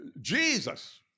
Jesus